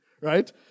right